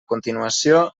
continuació